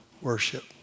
worship